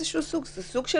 זה בעצם סוג של